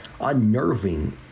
unnerving